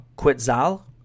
Quetzal